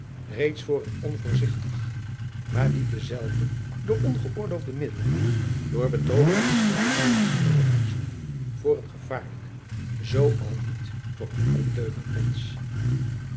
reeds voor een onvoorzigtig maar die dezelve dooor ongeoorloofde middelen door betooverende schilderijen doet opbruisen voor een gevaarlijk zoo al niet voor een ondeugend mensch